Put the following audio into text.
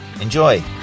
enjoy